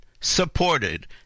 supported